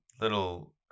little